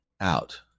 out